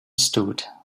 stood